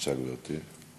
בבקשה, גברתי.